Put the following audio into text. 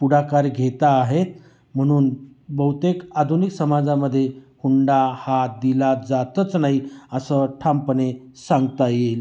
पुढाकार घेता आहेत म्हणून बहुतेक आधुनिक समाजामध्ये हुंडा हा दिला जातच नाही असं ठामपणे सांगता येईल